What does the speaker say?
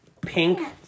Pink